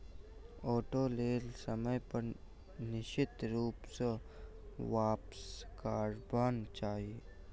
auto loan समय पर निश्चित रूप सॅ वापसकरबाक चाही